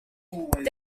there